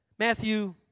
Matthew